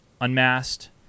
unmasked